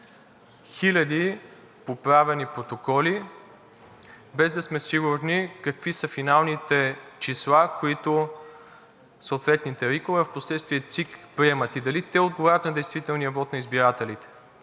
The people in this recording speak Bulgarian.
Хиляди поправени протоколи, без да сме сигурни какви са финалните числа, които съответните РИК-ове, а впоследствие ЦИК приемат, и дали те отговарят на действителния вот на избирателите.